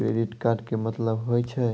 Credit card के मतलब होय छै?